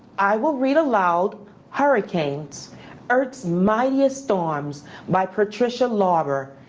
i will read aloud hurricanes earth's mightiest storms by patricia lauber,